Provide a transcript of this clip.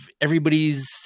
everybody's